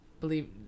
believe